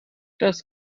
das